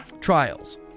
trials